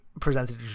presented